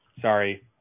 Sorry